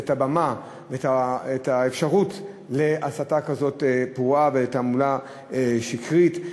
את הבמה ואת האפשרות להסתה כזאת פרועה ולתעמולה שקרית.